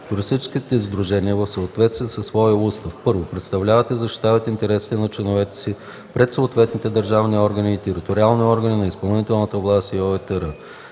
Туристическите сдружения в съответствие със своя устав: 1. представляват и защитават интересите на членовете си пред съответните държавни органи и териториални органи на изпълнителната власт и ОУТР;